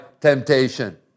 temptation